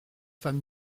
femme